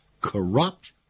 corrupt